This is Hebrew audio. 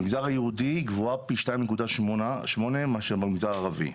במגזר היהודי היא גבוהה פי שתיים נקודה שמונה מאשר במגזר הערבי.